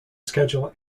schedule